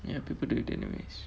you know people do it that ways